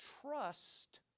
trust